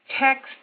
Text